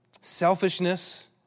selfishness